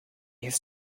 his